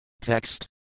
Text